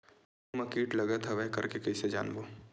गेहूं म कीट लगत हवय करके कइसे जानबो?